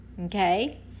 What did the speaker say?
Okay